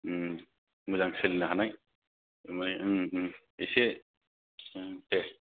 उम मोजां सोलिनाय उम उम एसे उम दे